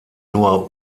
nur